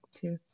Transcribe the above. two